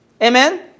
Amen